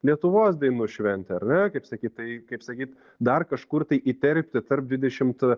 lietuvos dainų šventė ar ne kaip sakyt tai kaip sakyt dar kažkur tai įterpti tarp dvidešimt